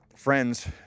friends